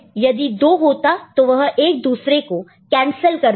यदि 2 होता तो वह एक दूसरे को कैंसिल कर देता